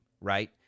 right